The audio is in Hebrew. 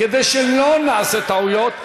כדי שלא נעשה טעויות,